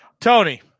Tony